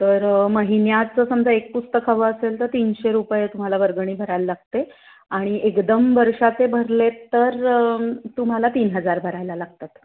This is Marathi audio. तर महिन्याचं समजा एक पुस्तक हवं असेल तर तीनशे रुपये तुम्हाला वर्गणी भरायला लागते आणि एकदम वर्षाचे भरलेत तर तुम्हाला तीन हजार भरायला लागतात